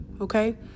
okay